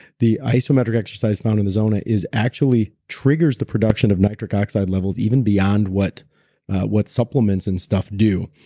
the isometric exercise found in the zona is actually triggers the production of nitric oxide levels even beyond what what supplements and stuff do.